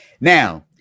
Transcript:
Now